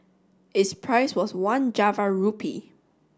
its price was one Java rupee